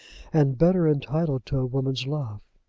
and better entitled to a woman's love.